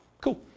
Cool